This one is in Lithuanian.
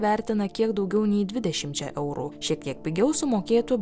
vertina kiek daugiau nei dvidešimčia eurų šiek tiek pigiau sumokėtų